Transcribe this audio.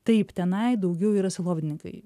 taip tenai daugiau yra sielovadininkai